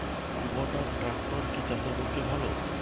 কুবটার ট্রাকটার কি চাষের পক্ষে ভালো?